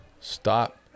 stop